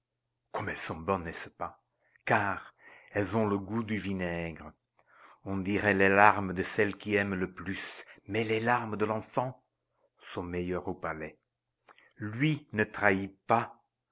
comme elles sont bonnes n'est-ce pas car elles ont le goût du vinaigre on dirait les larmes de celle qui aime le plus mais les larmes de l'enfant sont meilleures au palais lui ne trahit pas